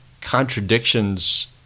contradictions